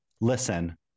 Listen